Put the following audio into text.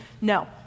no